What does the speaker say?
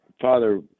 Father